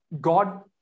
God